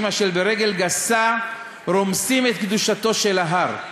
אשר ברגל גסה רומסים את קדושתו של ההר,